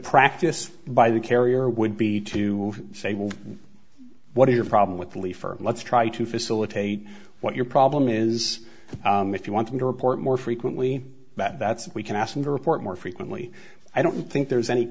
practice by the carrier would be to say well what is your problem with belief or let's try to facilitate what your problem is if you want them to report more frequently that that's what we can ask them to report more frequently i don't think there's any